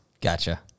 Gotcha